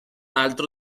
altro